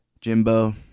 Jimbo